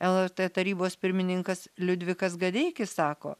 lrt tarybos pirmininkas liudvikas gadeikis sako